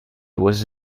was